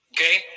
Okay